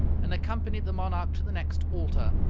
and accompanied the monarch to the next altar.